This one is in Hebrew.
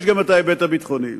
יש גם ההיבט הביטחוני.